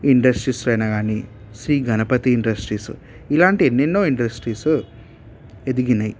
industries అయినా కానీ Shri Ganapathi industries ఇలాంటి ఎన్నెన్నో ఇండస్ట్రీసు ఎదిగినాయి